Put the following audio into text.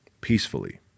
peacefully